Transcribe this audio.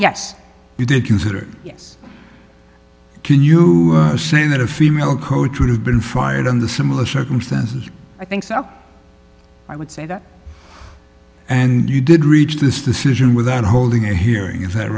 yes you did consider yes can you say that a female coach would have been fired on the similar circumstances i think so i would say that and you did reach this decision without holding a hearing is that